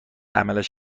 عملش